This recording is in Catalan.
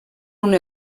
una